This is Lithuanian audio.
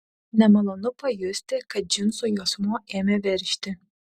nemalonu pajusti kad džinsų juosmuo ėmė veržti